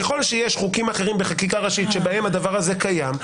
ככל שיש חוקים אחרים בחקיקה ראשית שבהם הדבר הזה קיים,